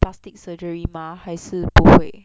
plastic surgery mah 还是不会